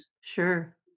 Sure